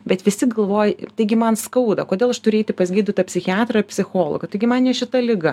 bet visi galvoj taigi man skauda kodėl aš turiu eiti pas gydytoją psichiatrą ar psichologą taigi man šita liga